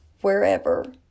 wherever